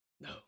No